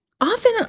Often